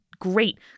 Great